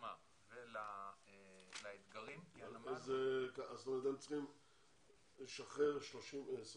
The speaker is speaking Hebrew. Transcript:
לרפורמה ולאתגרים --- זאת אומרת אתם צריכים לשחרר 26